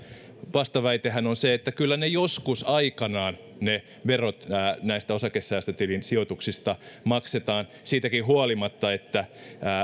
vastaväitehän on se että kyllä ne verot joskus aikanaan näistä osakesäästötilin sijoituksista maksetaan siitäkin huolimatta että